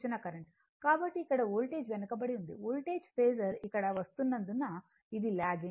కాబట్టి ఇక్కడ వోల్టేజ్ వెనుకబడి ఉంది వోల్టేజ్ ఫేసర్ ఇక్కడ వస్తున్నందున ఇది లాగింగ్